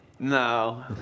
No